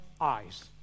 eyes